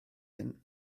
hyn